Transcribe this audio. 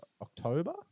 October